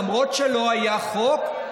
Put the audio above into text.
למרות שלא היה חוק,